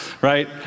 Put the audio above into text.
right